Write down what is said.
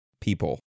people